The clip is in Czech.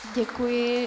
Děkuji.